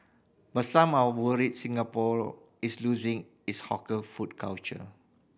but some are worried Singapore is losing its hawker food culture